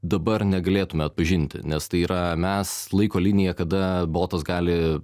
dabar negalėtume atpažinti nes tai yra mes laiko linija kada botas gali